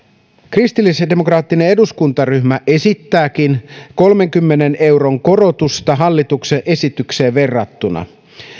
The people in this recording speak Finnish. kristillisdemokraattinen eduskuntaryhmä esittääkin kolmenkymmenen euron korotusta hallituksen esitykseen verrattuna